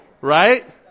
Right